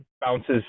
bounces